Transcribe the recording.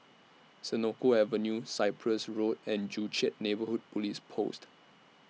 Senoko Avenue Cyprus Road and Joo Chiat Neighbourhood Police Post